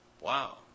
Wow